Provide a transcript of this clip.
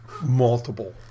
multiple